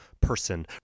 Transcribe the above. person